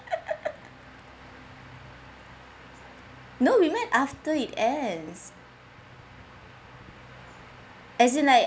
no we met after it ends as in like